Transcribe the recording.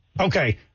Okay